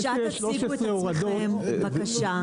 זה שיש 13 הורדות --- רגע,